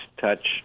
touch